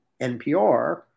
NPR